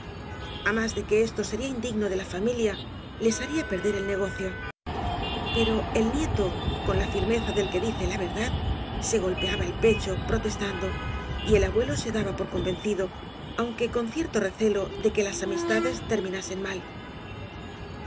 más de que esto sería indigno de la familia les haría perder el negocio pero el nieto con la firmeza del que dice la verdad se golpeaba el pecho protestando y el abuelo se daba por convencido aunque con cierto recelo de que las amistades terminasen mal